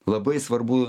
labai svarbu